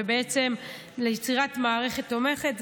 ובעצם יצירת מערכת תומכת,